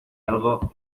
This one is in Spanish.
algo